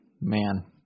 Man